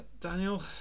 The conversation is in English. Daniel